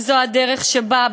וזו הדרך שבה,